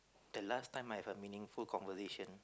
the last time I have a meaningful conversation